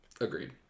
agreed